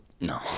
no